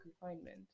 confinement